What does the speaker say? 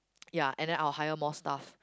ya and then I will hire more staff